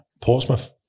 Portsmouth